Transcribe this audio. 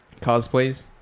cosplays